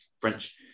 French